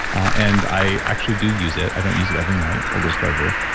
and i actually do use it. i don't use it every night, full disclosure,